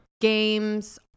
Games